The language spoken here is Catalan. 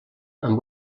amb